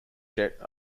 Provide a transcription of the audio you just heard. jet